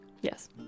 Yes